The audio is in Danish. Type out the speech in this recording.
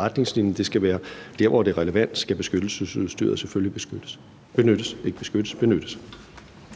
retningslinjen. Det skal være, at der, hvor det er relevant, skal beskyttelsesudstyret selvfølgelig benyttes. Kl. 15:15 Tredje næstformand